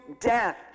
death